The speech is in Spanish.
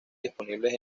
disponibles